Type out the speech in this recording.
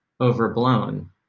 overblown